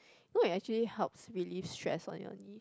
you know it actually helps relieve stress on your knee